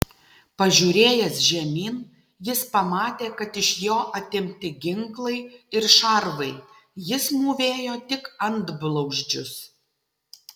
pažiūrėjęs žemyn jis pamatė kad iš jo atimti ginklai ir šarvai jis mūvėjo tik antblauzdžius